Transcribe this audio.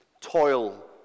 Toil